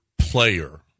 player